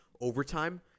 overtime